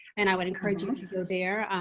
and i would encourage you to go there.